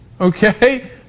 Okay